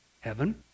heaven